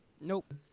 Nope